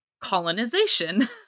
colonization